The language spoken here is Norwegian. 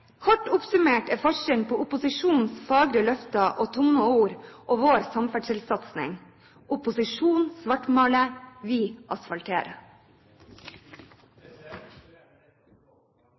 Kort oppsummert er forskjellen på opposisjonens fagre løfter og tomme ord og vår samferdselssatsning: Opposisjonen svartmaler, vi